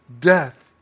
death